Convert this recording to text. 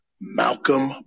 Malcolm